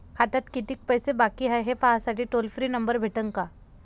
खात्यात कितीकं पैसे बाकी हाय, हे पाहासाठी टोल फ्री नंबर भेटन का?